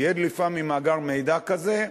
תהיה דליפה ממאגר מידע כזה,